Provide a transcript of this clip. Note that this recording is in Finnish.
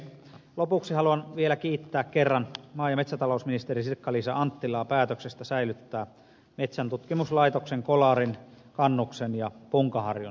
lopuksi haluan vielä kiittää kerran maa ja metsätalousministeri sirkka liisa anttilaa päätöksestä säilyttää metsäntutkimuslaitoksen kolarin kannuksen ja punkaharjun toimipisteet